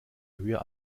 höher